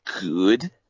good